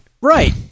Right